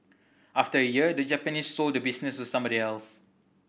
after a year the Japanese sold the business to somebody else